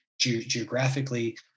geographically